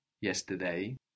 yesterday